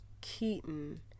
Keaton